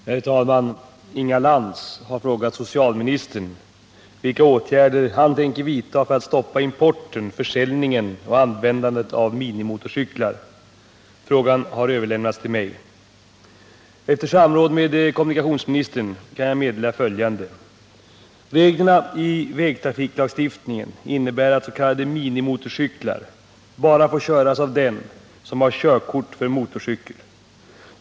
Herr talman! Inga Lantz har frågat socialministern vilka åtgärder han tänker vidta för att stoppa importen, försäljningen och användandet av minimotorcyklar. Frågan har överlämnats till mig. Efter samråd med kommunikationsministern kan jag meddela följande. Reglerna i vägtrafiklagstiftningen innebär att s.k. minimotorcyklar bara får köras av den som har körkort för motorcykel.